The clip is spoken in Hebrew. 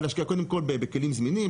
בכלים זמינים,